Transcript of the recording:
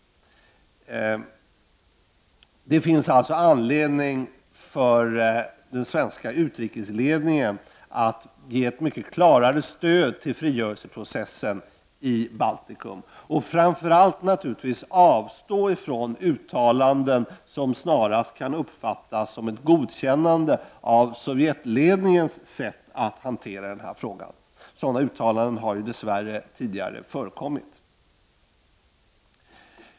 Det finns alltså anledning för den svenska utrikesledningen att ge ett mycket klarare stöd till frigörelseprocessen i Baltikum och att framför allt naturligtvis avstå från uttalanden som snarast kan uppfattas som ett godkännande av Sovjetledningens sätt att hantera frågan. Sådana uttalanden har dess värre tidigare förekommit.